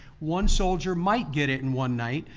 one soldier might get it in one night.